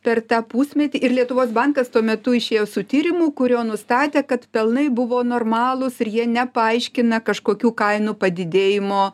per tą pusmetį ir lietuvos bankas tuo metu išėjo su tyrimu kuriuo nustatė kad pelnai buvo normalūs ir jie nepaaiškina kažkokių kainų padidėjimo